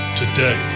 today